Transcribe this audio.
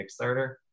kickstarter